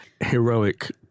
heroic